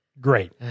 Great